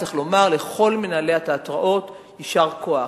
צריך לומר לכל מנהלי התיאטראות: יישר כוח.